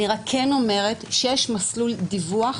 אני כן אומרת שיש מסלול דיווח